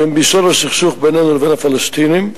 שהם ביסוד הסכסוך בינינו לבין הפלסטינים,